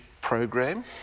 program